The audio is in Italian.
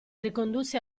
ricondusse